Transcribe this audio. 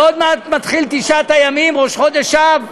ועוד מעט מתחילים תשעת הימים, ראש חודש אב,